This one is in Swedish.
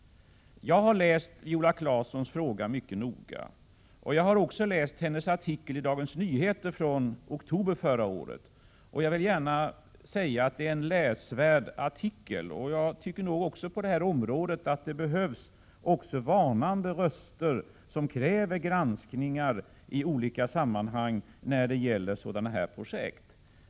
Jag har läst Viola Claessons fråga mycket noga, och jag har också läst hennes artikel i Dagens Nyheter från oktober förra året. Jag vill gärna säga att artikeln är läsvärd, och jag tycker också att det på detta område behövs varnande röster, personer som kräver granskningar i olika sammanhang när det gäller sådana projekt.